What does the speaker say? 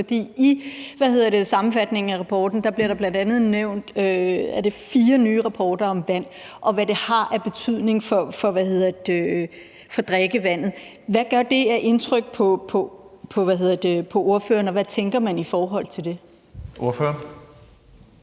rapportens sammenfatning bliver der bl.a. nævnt fire nye rapporter om vand og om, hvad det vil have af betydning for drikkevandet. Hvad gør det af indtryk på ordføreren, og hvad tænker man i forhold til det? Kl.